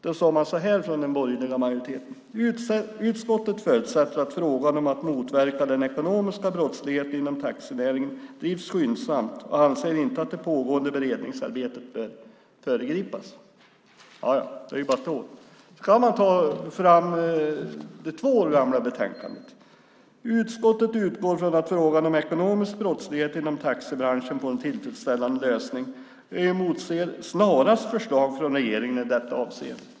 Då sade den borgerliga majoriteten så här: "Utskottet förutsätter att frågan om att motverka den ekonomiska brottsligheten inom taxinäringen drivs skyndsamt och anser inte att det pågående beredningsarbetet bör föregripas." Det är ju bara ett år. Sedan kan man ta fram det två år gamla betänkandet. Där står det: "Utskottet utgår från att frågan om ekonomisk brottslighet inom taxibranschen får en tillfredsställande lösning och emotser snarast förslag från regeringen i detta avseende."